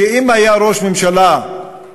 ואם היה ראש ממשלה בישראל,